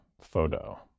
photo